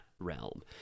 realm